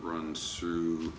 runs through